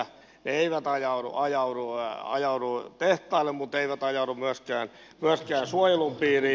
ne eivät ajaudu tehtaille mutta eivät ajaudu myöskään suojelun piiriin